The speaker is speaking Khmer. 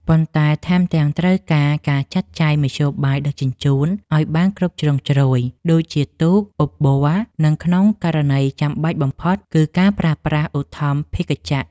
ប៉ុន្តែថែមទាំងត្រូវការការចាត់ចែងមធ្យោបាយដឹកជញ្ជូនឱ្យបានគ្រប់ជ្រុងជ្រោយ ដូចជាទូក អូប័រ និងក្នុងករណីចាំបាច់បំផុតគឺការប្រើប្រាស់ឧទ្ធម្ភាគចក្រ។